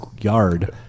yard